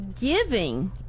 giving